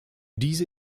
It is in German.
diese